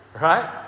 right